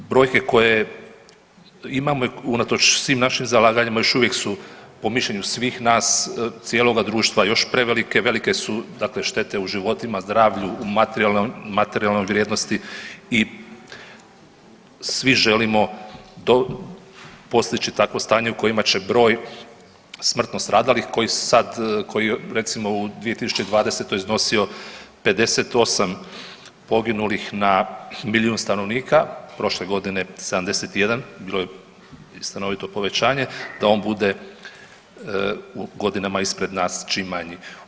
Brojke koje imamo unatoč svim našim zalaganjima još uvijek su po mišljenju svih nas, cijeloga društva još prevelike, velike su dakle štete u životima, zdravlju, u materijalnoj vrijednosti i svi želimo to, postići takvo stanje u kojima će broj smrtno stradali koji sad, koji recimo u 2020. iznosio 58 poginulih na milion stanovnika, prošle godine 71 bilo je stanovito povećanje, da on bude u godinama ispred nas čim manji.